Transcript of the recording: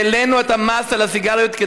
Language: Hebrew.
העלינו את המס על הסיגריות,